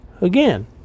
again